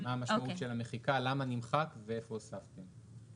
מה המשמעות של המחיקה, למה נמחק ואיפה הוספתם.